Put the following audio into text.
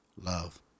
love